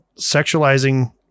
Sexualizing